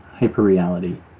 hyperreality